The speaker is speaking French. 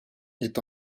est